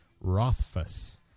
Rothfuss